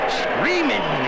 screaming